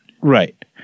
Right